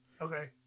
Okay